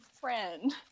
friend